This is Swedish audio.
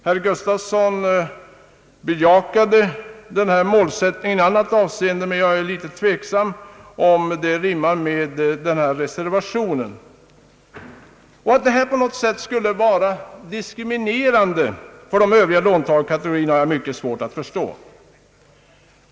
Herr Gustafsson bejakade denna målsättning i ett annat avseende, men jag är litet tveksam om det rimmar med reservation 13. Att det på något sätt skulle vara diskriminerande för de övriga låntagarkategorierna har jag mycket svårt att förstå.